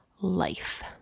life